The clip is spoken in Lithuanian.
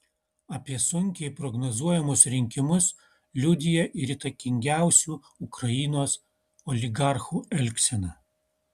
apie sunkiai prognozuojamus rinkimus liudija ir įtakingiausių ukrainos oligarchų elgsena